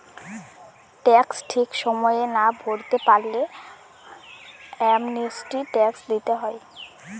tax ঠিক সময়ে না ভরতে পারলে অ্যামনেস্টি ট্যাক্স দিতে হয়